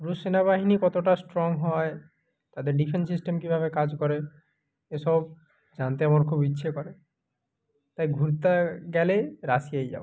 রুশ সেনাবাহিনী কতোটা ষ্ট্রং হয় তাদের ডিফেন্স সিস্টেম কীভাবে কাজ করে এসব জানতে আমার খুব ইচ্ছে করে তাই ঘুরতে গেলেই রাশিয়াই যাবো